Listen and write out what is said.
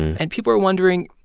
and people are wondering,